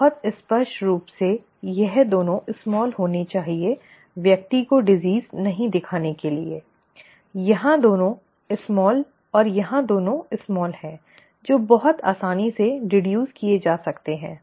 बहुत स्पष्ट रूप से यह दोनों छोटे होने चाहिए व्यक्ति को बीमारी नहीं दिखाने के लिए यहाँ दोनों छोटे और यहाँ दोनों छोटे हैं जो बहुत आसानी से डिˈड्यूस् किए जा सकते हैं